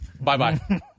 Bye-bye